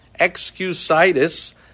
Excusitis